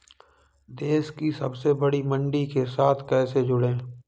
देश की सबसे बड़ी मंडी के साथ कैसे जुड़ें?